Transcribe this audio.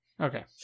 Okay